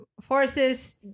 forces